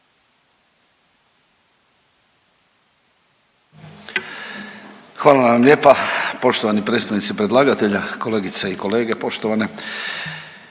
Hvala vam lijepa. Poštovani predstavnici predlagatelja, kolegice i kolege poštovane,